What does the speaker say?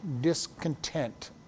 discontent